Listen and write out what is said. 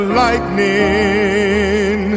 lightning